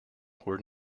were